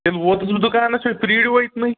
تیٚلہِ ووتُس بہٕ دُکانس پیٚٹھ پرٛٲریوٗ أتۍ نٕے